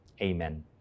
amen